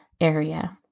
area